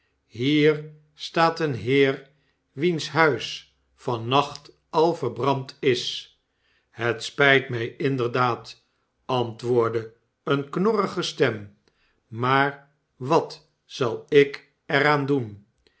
fhier staat een heer wiens huis van nacht al verbrand is het spijt mij inderdaad antwoordde eene knorrige stem maar wat zal ik er aan doen